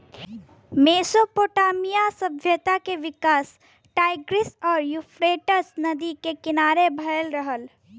Mesopotamia सभ्यता के विकास टाईग्रीस आउर यूफ्रेटस नदी के किनारे भयल रहल